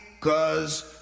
cause